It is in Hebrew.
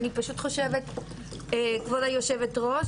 אני פשוט חושבת כבוד היו"ר,